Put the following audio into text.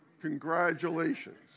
Congratulations